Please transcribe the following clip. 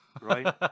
right